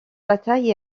batailles